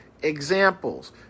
examples